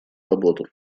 работу